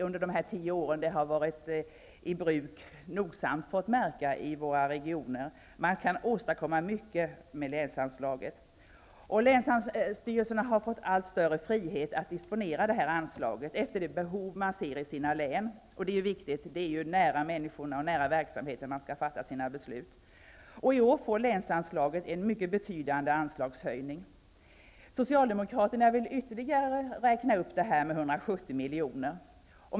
Under de tio år som det har varit i bruk har vi nogsamt fått märka detta i våra regioner. Man kan åstadkomma mycket med länsanslaget, och länsstyrelserna har fått allt större frihet att disponera anslaget efter de behov de ser i sina län. Det är viktigt; det är nära människorna och nära verksamheterna man skall fatta sina beslut. I år får länsanslaget en mycket betydande höjning. Socialdemokraterna vill ytterligare räkna upp det med 170 miljoner.